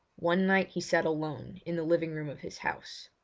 one night he sat alone in the living-room of his house.